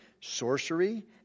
sorcery